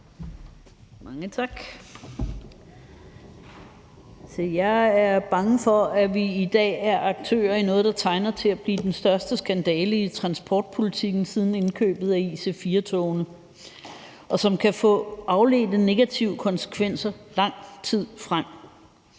Mange tak. Jeg er bange for, at vi i dag er aktører i noget, der tegner til at blive den største skandale i transportpolitikken siden indkøbet af IC4-togene, og som kan få afledte negative konsekvenser i lang tid frem.